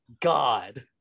God